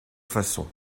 façons